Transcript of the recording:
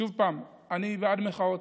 שוב, אני בעד מחאות.